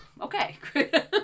Okay